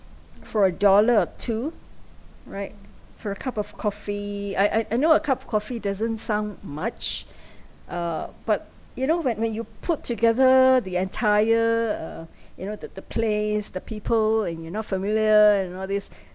for a dollar or two right for a cup of coffee I I I know a cup of coffee doesn't sound much uh but you know when when you put together the entire uh you know the the place the people and you're not familiar and all this